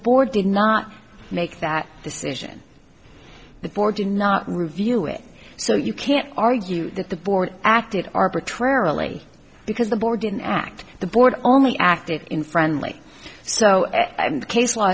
board did not make that decision the board did not review it so you can't argue that the board acted arbitrarily because the board didn't act the board only acted in friendly so the case